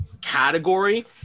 category